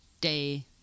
day